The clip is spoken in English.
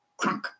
Crunk